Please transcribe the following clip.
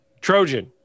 Trojan